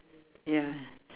ya